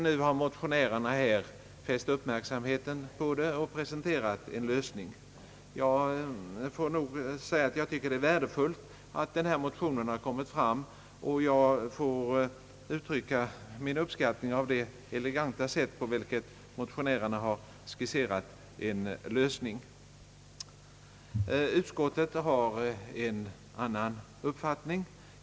Nu har motionärerna fäst uppmärksamheten på problemet och presenterat en lösning. Jag tycker det är värdefullt att denna motion framlagts, och jag får uttrycka min uppskattning över det eleganta sätt på vilket motionärerna skisserat en lösning. Utskottet har en annan uppfattning.